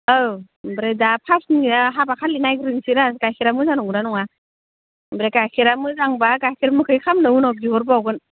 औ ओमफ्राय दा फार्स्टनिया हाबाखालि नायग्रोनोसैरा गाइखेरा मोजां नंगौ ना नङा ओमफ्राय गाइखेरा मोजांब्ला गाइखेर मोखै खालामनो उनाव बिहरबावगोन